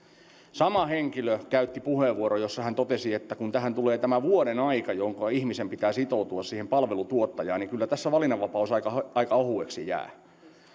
käytti puheenvuoron jossa hän totesi että kun tähän tulee tämä vuoden aika minkä ajan ihmisen pitää sitoutua siihen palvelutuottajaan niin kyllä tässä valinnanvapaus aika aika ohueksi jää